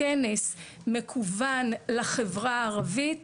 עשינו כנס מקוון לחברה הערבית